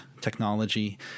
technology